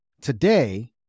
Today